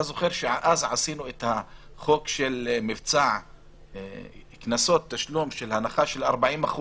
אתה זוכר שאז עשינו את חוק מבצע קנסות תשלום של הנחה של 40%,